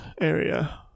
area